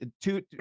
two